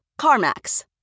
CarMax